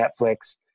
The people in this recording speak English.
Netflix